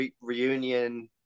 reunion